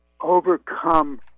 overcome